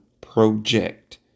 project